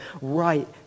right